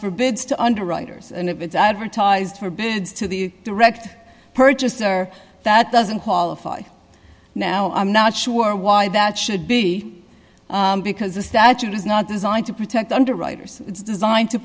for bids to underwriters and if it's advertised for bids to the direct purchaser that doesn't qualify now i'm not sure why that should be because the statute is not designed to protect underwriters it's designed to